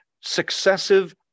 successive